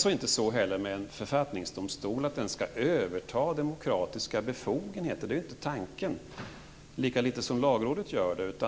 Tanken med en författningsdomstol är inte att den skall överta demokratiska befogenheter, lika litet som Lagrådet gör det.